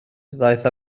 ddaeth